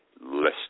list